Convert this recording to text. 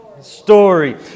Story